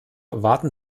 erwarten